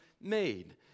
made